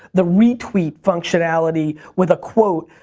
the retweet functionality, with a quote,